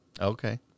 okay